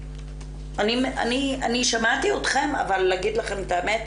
אני שמעתי אתכם, אבל להגיד לכם את האמת?